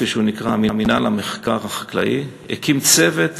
או כפי שהוא נקרא, מינהל המחקר החקלאי, הקים צוות